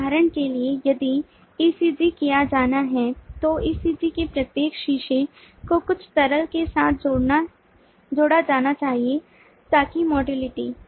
उदाहरण के लिए यदि ECG किया जाना है तो ECG के प्रत्येक सीसे को कुछ तरल के साथ जोड़ा जाना चाहिए ताकि मॉड्युलिटी